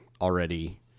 already